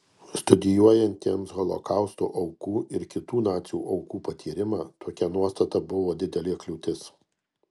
studijuojantiems holokausto aukų ir kitų nacių aukų patyrimą tokia nuostata buvo didelė kliūtis